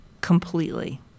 Completely